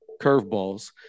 curveballs